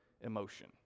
emotion